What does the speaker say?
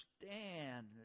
understand